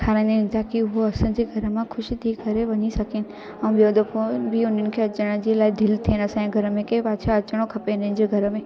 खाराईंदा आहियूं ताकी उहा असांजे घर मां ख़ुशि थी करे वञी सघेनि ऐं ॿियों दफ़ो बि हुननि खे अचण जी लाइ दिल थियणु असांजे घर में की पाछा अचिणो खपे हिननि जे घर में